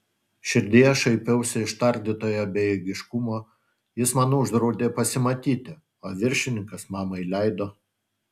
širdyje šaipiausi iš tardytojo bejėgiškumo jis man uždraudė pasimatyti o viršininkas mamai leido